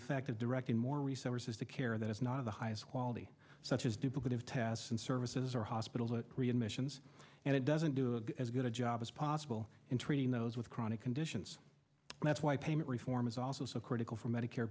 effect of directing more resources to care that is not of the highest quality such as duplicative tests and services or hospitals readmissions and it doesn't do as good a job as possible in treating those with chronic conditions that's why payment reform is also so critical for medicare